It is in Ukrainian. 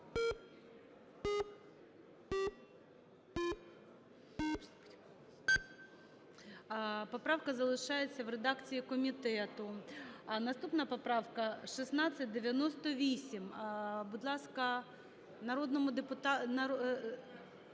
Поправка залишається в редакції комітету. Наступна поправка 1698. Будь ласка, народному депутату…